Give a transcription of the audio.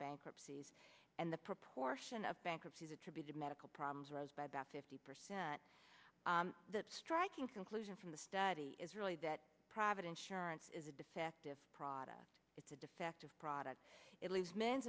bankruptcies and the proportion of bankruptcies attributed medical problems rose by about fifty percent that striking conclusion from the study is really that private insurance is a defective product it's a defective product it leaves m